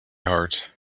heart